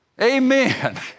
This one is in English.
Amen